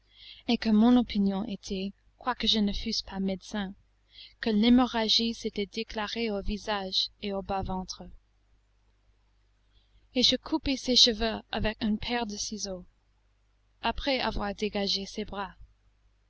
et que mon opinion était quoique je ne fusse pas médecin que l'hémorragie s'était déclarée au visage et au bas-ventre et je coupai ses cheveux avec une paire de ciseaux après avoir dégagé ses bras